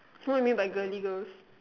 what you mean by girly girls